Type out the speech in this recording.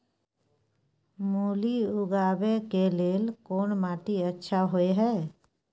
मूली उगाबै के लेल कोन माटी अच्छा होय है?